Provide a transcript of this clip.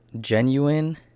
genuine